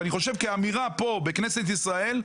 אני חושב שכאמירה פה בכנסת ישראל,